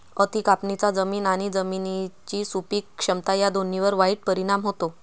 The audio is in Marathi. अति कापणीचा जमीन आणि जमिनीची सुपीक क्षमता या दोन्हींवर वाईट परिणाम होतो